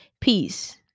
Peace